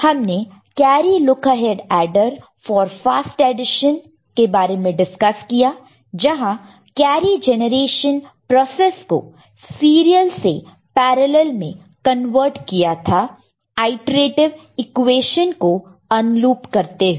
हमने carry look ahead adder for fast addition के बारे में डिस्कस किया जहां कैरी जेनरेशन प्रोसेस को सीरियल से पैरॅलल् में कन्वर्ट किया था इटर्एटिव इक्वेशन को अनलूप करते हुए